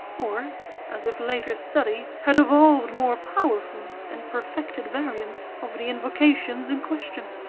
or as if later study had evolved more powerful and perfected variants of the invocations in question.